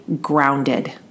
grounded